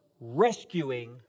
rescuing